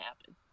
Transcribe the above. happen